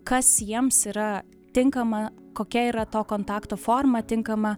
kas jiems yra tinkama kokia yra to kontakto forma tinkama